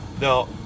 No